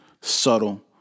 subtle